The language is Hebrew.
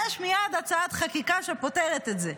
יש מייד הצעת חקיקה שפותרת את זה.